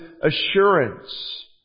assurance